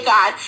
God